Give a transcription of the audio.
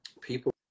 people